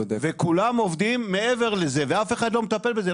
כולם עובדים מעבר לזה ואף אחד לא מטפל בזה.